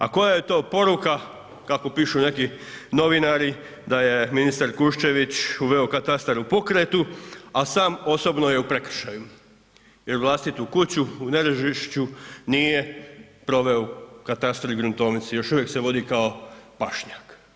A koja je to poruka kako pišu neki novinari da je ministar Kušćević uveo katastar u pokretu a sam osobno je u prekršaju jer vlastitu kuću u Nerežišću nije proveo u katastar i gruntovnici, još uvijek se vodi kao pašnjak.